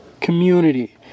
community